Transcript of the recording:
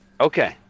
Okay